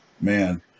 Man